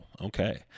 Okay